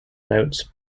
notes